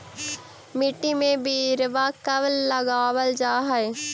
मिट्टी में बिरवा कब लगावल जा हई?